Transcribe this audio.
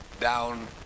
down